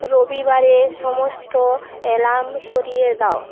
রবিবারের সমস্ত অ্যালার্ম সরিয়ে দাও